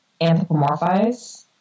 anthropomorphize